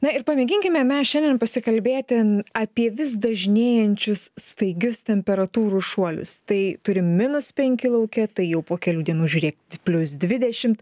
na ir pamėginkime mes šiandien pasikalbėti apie vis dažnėjančius staigius temperatūrų šuolius tai turim minus penki lauke tai jau po kelių dienų žiūrėk plius dvidešimt